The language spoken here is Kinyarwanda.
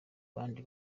bandi